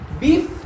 beef